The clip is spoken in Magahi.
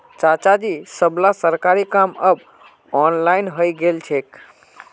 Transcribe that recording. चाचाजी सबला सरकारी काम अब ऑनलाइन हइ गेल छेक